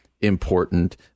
important